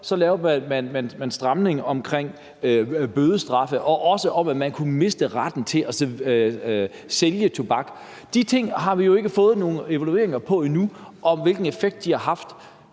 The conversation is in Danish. så lavede man en stramning omkring bødestraffe og også en om, at man kunne miste retten til at sælge tobak. De ting har vi jo ikke fået nogen evalueringer af endnu, i forhold til hvilken effekt de har haft.